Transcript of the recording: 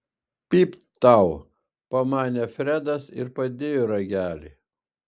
pypt tau pamanė fredas ir padėjo ragelį